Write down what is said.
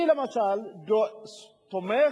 אני, למשל, תומך